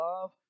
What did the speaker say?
love